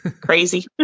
crazy